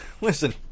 listen